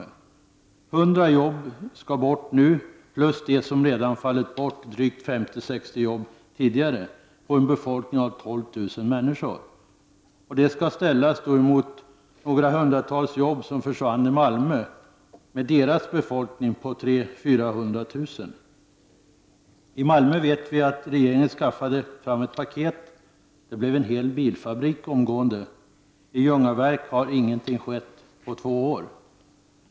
De 100 jobb som skall bort nu, plus de drygt 50—60 jobb som redan fallit bort i Ljungaverk med en befolkning på 12 000 människor, skall ställas emot några hundratals jobb som försvann i Malmö med en befolkning på 300 000-400 000 människor. I Malmö skaffade regeringen omgående fram ett paket, det blev en hel bilfabrik. I Ljungaverk har inget skett på två år.